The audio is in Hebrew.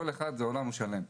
כל אחד זה עולם שלם,